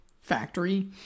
factory